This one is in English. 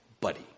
buddy